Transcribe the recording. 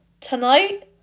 Tonight